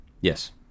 Yes